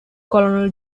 colonel